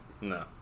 No